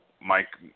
Mike